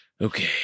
Okay